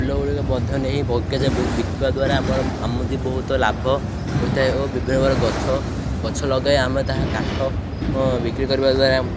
ଫୁଲ ଗୁଡ଼ିକ ମଧ୍ୟ ନେଇ ବିକିବା ଦ୍ୱାରା ଆମର ଆମ ବହୁତ ଲାଭ ହୋଇଥାଏ ଓ ବିଭିନ୍ନ ପ୍ରକାର ଗଛ ଗଛ ଲଗାଇ ଆମେ ତାହା କାଠ ବିକ୍ରି କରିବା ଦ୍ୱାରା